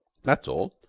that's all.